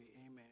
amen